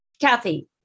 Kathy